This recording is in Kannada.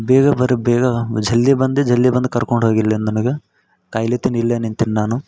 ಬೇಗ ಬರ್ರಿ ಬೇಗ ಜಲ್ದಿ ಬಂದೆ ಜಲ್ದಿ ಬಂದು ಕರ್ಕೊಂಡು ಹೋಗಿ ಇಲ್ಲೆ ನನಗೆ ಕಾಯ್ಲತೇನಿ ಇಲ್ಲೆ ನಿಂತೀನಿ ನಾನು